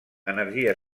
energia